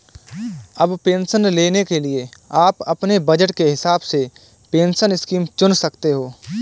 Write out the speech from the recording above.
अब पेंशन लेने के लिए आप अपने बज़ट के हिसाब से पेंशन स्कीम चुन सकते हो